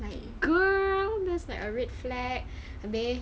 like girl there's like a red flag